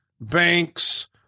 banks